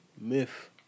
Myth